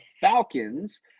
Falcons